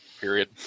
period